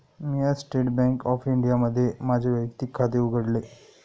मी आज State Bank of इंडियामध्ये माझे वैयक्तिक खाते उघडले